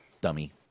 dummy